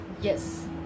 Yes